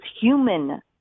human